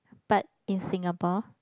but in Singapore